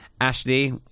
Ashley